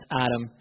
Adam